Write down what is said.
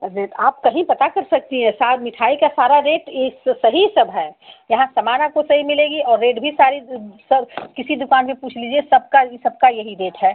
rate आप कहीं पता कर सकती है सारा मिठाई का सारा रेट एक सा सही सब है यहाँ सामान आपको सही मिलेगी और रेट भी सारी किसी दुकान में पूछ लीजिए सबका यही सब का यही रेट है